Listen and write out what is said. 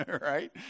Right